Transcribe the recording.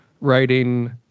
writing